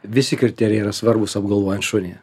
visi kriterijai yra svarbūs apgalvojant šunį